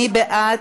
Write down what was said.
מי בעד?